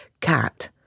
cat